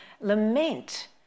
lament